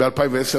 וב-2010,